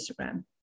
Instagram